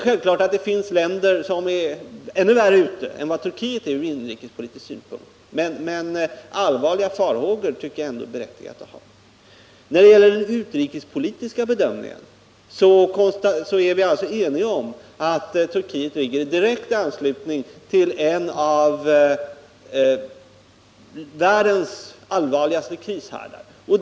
Självklart finns det länder som är värre ute än Turkiet ur inrikespolitisk synpunkt, men allvarliga farhågor tycker jag ändå är berättigade. När det gäller den utrikespolitiska bedömningen är vi alltså eniga om att Turkiet ligger i direkt anslutning till en av världens allvarligaste krishärdar.